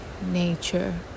nature